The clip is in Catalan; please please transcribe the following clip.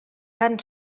tan